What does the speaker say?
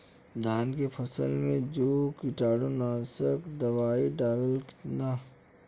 धान के फसल मे जो कीटानु नाशक दवाई डालब कितना?